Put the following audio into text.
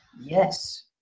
yes